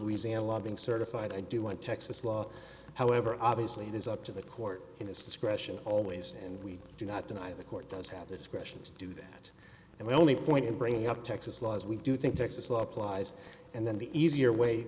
louisiana law being certified i do want texas law however obviously it is up to the court in his discretion always and we do not deny the court does have the discretion to do that and we only point in bringing up texas law as we do think texas law applies and then the easier way